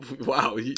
wow